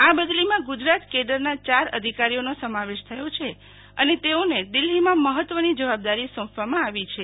આ બદલીમાં ગુજરાત કેડરના ચાર અધિકીરઓનો સમાવેશ થયો છે અને તેઓને દિલ્હીમં મહત્વની જવાબદારી સોંપવામાં આવી છે